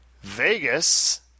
Vegas